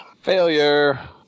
Failure